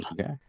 Okay